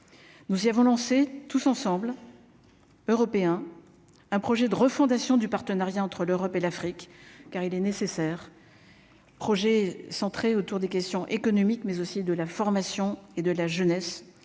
nous y avons lancé tous ensemble européen un projet de refondation du partenariat entre l'Europe et l'Afrique car il est nécessaire. Projet centré autour des questions économiques, mais aussi de la formation et de la jeunesse